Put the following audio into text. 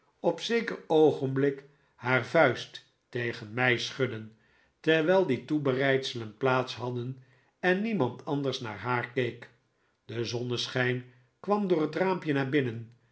op zeker oogenblik haar vuist tegen mij schudden terwijl die toebereidselen plaats hadden en niemand anders naar haar keek de zonneschijn kwam door het raampje naar binnen